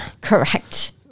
Correct